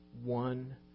one